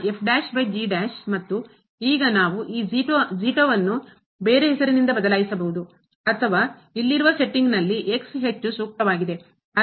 ಮತ್ತು ಈಗ ನಾವು ಈ ವನ್ನು ಬೇರೆ ಹೆಸರಿನಿಂದ ಬದಲಾಯಿಸಬಹುದು ಅಥವಾ ಇಲ್ಲಿರುವ ಸೆಟ್ಟಿಂಗ್ನಲ್ಲಿ ಹೆಚ್ಚು ಸೂಕ್ತವಾಗಿದೆ